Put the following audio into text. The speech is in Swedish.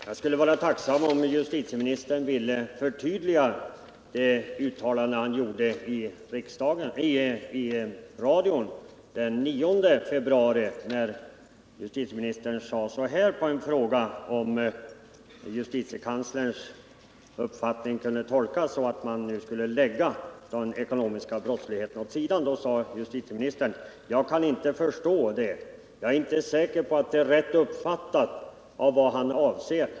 Jag skulle vara tacksam om justitieministern ville förtydliga det uttalande som han gjorde i radion den 9 februari, då justitieministern på en fråga, om justitiekanslerns uppfattning kunde tolkas så, att man nu skulle lägga den ekonomiska brottsligheten åt sidan, svarade: ”Jag kan inte förstå att det, jag är inte säker på att det är rätt uppfattat utav vad han avser.